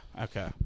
okay